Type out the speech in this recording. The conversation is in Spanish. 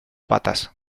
patas